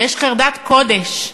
יש חרדת קודש.